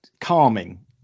calming